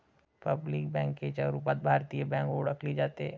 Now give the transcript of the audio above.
public बँकेच्या रूपात भारतीय बँक ओळखली जाते